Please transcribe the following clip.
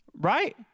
Right